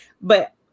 but-